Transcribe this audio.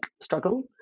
struggle